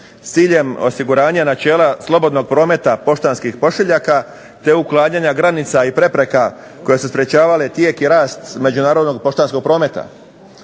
s ciljem osiguranja načela slobodnog prometa poštanskih pošiljaka te uklanjanja granica i prepreka koje su sprečavale tijek i rast međunarodnog poštanskog prometa.